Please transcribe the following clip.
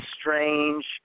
strange